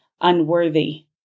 unworthy